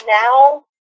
now